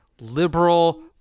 Liberal